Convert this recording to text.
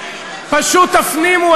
פשוט תפנימו,